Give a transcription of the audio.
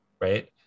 Right